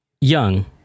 young